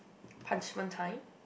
punishment time